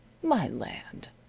my land!